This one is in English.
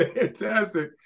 Fantastic